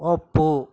ಒಪ್ಪು